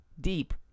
deep